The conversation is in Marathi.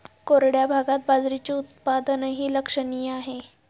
कोरड्या भागात बाजरीचे उत्पादनही लक्षणीय आहे